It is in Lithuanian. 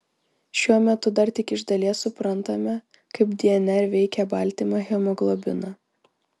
šiuo metu dar tik iš dalies suprantame kaip dnr veikia baltymą hemoglobiną